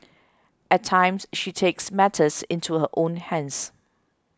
at times she takes matters into her own hands